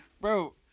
bro